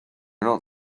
not